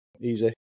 easy